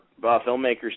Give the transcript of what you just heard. filmmakers